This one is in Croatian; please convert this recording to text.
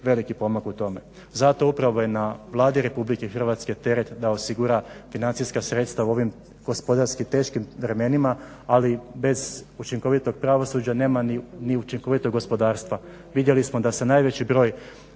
veliki pomak u tome. Zato upravo je na Vladi Republike Hrvatske teret da osigura financijska sredstva u ovim gospodarski teškim vremenima, ali bez učinkovitog pravosuđa nema ni učinkovitog gospodarstva. Vidjeli smo da se najveći broj